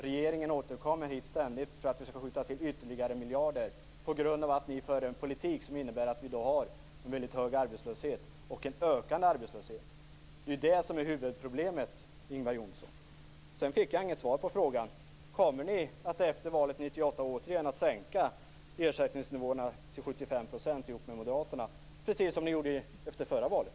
Regeringen återkommer ständigt hit för att försöka skjuta till ytterligare miljarder på grund av att ni för en politik som innebär att vi har en väldigt hög arbetslöshet - och en ökande arbetslöshet. Det är ju det som är huvudproblemet, Ingvar Johnsson. Sedan fick jag inget svar på frågan: Kommer ni efter valet 1998 att återigen sänka ersättningsnivåerna till 75 % ihop med Moderaterna - precis som ni gjorde efter förra valet?